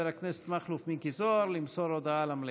הכנסת מכלוף מיקי זוהר למסור הודעה למליאה.